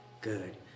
good